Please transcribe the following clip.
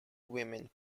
women